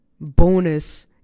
bonus